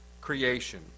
creation